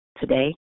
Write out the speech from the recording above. today